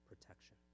protection